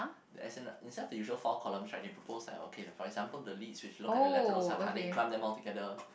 as in instead of the usual four columns right they propose like okay for example the leads if you look at the laterals of the heart then you clump them altogether